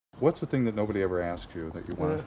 what's the thing that nobody ever asked you that you want